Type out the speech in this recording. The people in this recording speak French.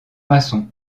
maçon